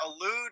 Allude